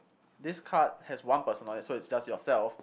this card has one personal so it's just yourself